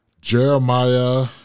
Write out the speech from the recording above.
Jeremiah